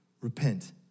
Repent